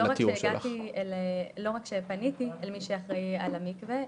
לא רק שפניתי אל מי שאחראי על המקווה,